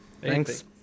Thanks